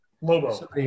Lobo